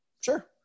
Sure